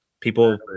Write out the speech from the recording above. people